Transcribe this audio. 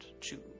choose